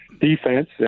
defense